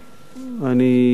אני,